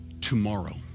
tomorrow